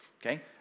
okay